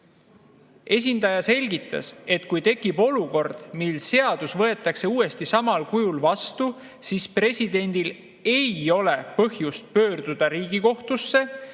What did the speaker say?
Esindaja selgitas, et kui tekib olukord, mil seadus võetakse uuesti samal kujul vastu, siis presidendil ei ole põhjust pöörduda Riigikohtusse,